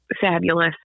fabulous